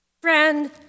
Friend